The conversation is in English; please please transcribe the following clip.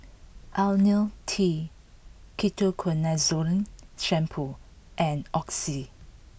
Lonil T Ketoconazole Shampoo and Oxy